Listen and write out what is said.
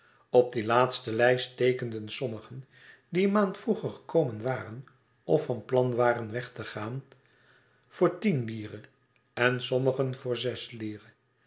op die laatste lijst teekenden sommigen die een maand vroeger gekomen waren of van plan waren weg te gaan voor tien lire en sommigen voor zes lire